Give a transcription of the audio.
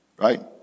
right